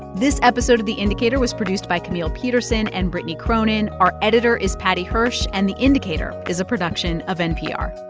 this episode of the indicator was produced by camille petersen and brittany cronin. our editor is paddy hirsch, and the indicator is a production of npr